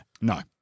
No